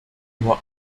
nur